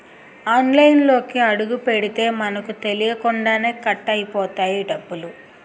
ఆన్లైన్లోకి అడుగుపెడితే మనకు తెలియకుండానే కట్ అయిపోతాయి డబ్బులు